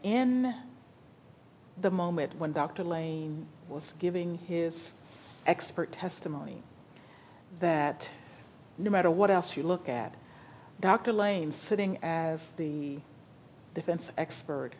in the moment when dr lane was giving his expert testimony that no matter what else you look at dr lane sitting at the defense expert